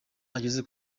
ageze